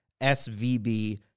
SVB